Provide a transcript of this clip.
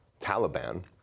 Taliban